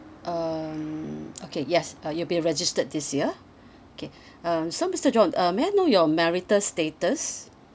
um okay yes uh you'll be registered this year okay um so mister john uh may I know your marital status